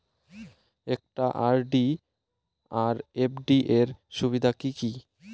একটা আর.ডি আর এফ.ডি এর সুবিধা কি কি?